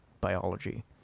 biology